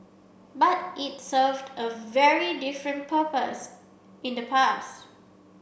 but it served a very different purpose in the past